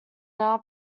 now